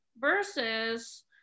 versus